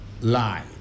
lie